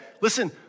listen